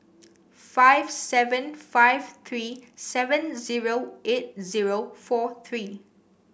five seven five three seven zero eight zero four three